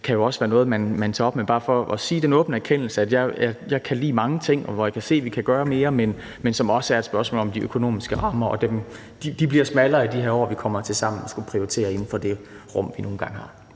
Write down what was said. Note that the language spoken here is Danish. det også kan være noget, man tager op. Men det er bare for at komme med den åbne erkendelse, at jeg kan lide mange ting, som jeg kan se at vi kan gøre mere ved, men det er også et spørgsmål om de økonomiske rammer, og de bliver smallere i de her år, og vi kommer til sammen til at skulle prioritere inden for det rum, vi nu engang har.